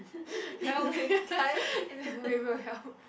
help are you able to help